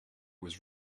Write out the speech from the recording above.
was